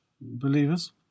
Believers